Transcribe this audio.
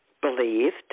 believed